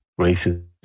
racism